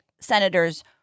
senators